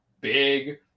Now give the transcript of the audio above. big